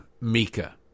Mika